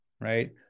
right